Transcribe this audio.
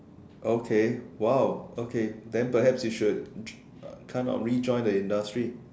okay !wow! okay then perhaps you should try to rejoin the industry